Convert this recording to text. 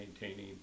maintaining